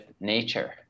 nature